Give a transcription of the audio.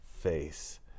face